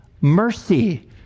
mercy